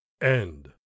End